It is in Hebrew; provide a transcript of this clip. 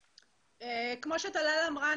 כמו שטלל אמרה,